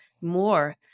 more